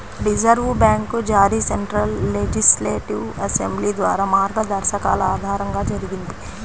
reserve bank జారీ central legislative assembly ద్వారా మార్గదర్శకాల ఆధారంగా జరిగింది